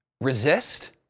resist